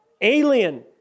alien